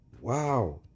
wow